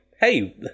hey